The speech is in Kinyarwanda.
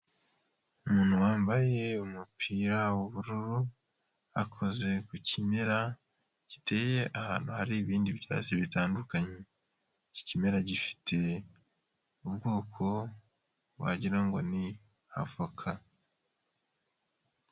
Umuntu wambaye umupira w'ubururu akoze ku kimera giteye ahantu hari ibindi byatsi bitandukanye iki kimera gifite ubwoko wagirango ngo ni avoka.